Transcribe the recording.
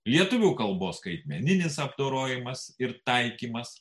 lietuvių kalbos skaitmeninis apdorojimas ir taikymas